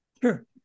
Sure